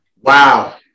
Wow